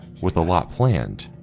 with a lot planned,